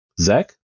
Zach